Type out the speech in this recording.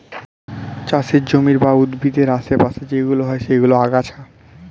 চাষের জমির বা উদ্ভিদের আশে পাশে যেইগুলো হয় সেইগুলো আগাছা